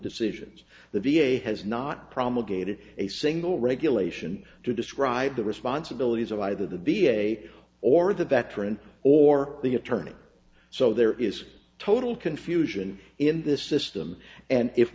decisions the v a has not promulgated a single regulation to describe the responsibilities of either the v a or the veteran or the attorney so there is total confusion in this system and if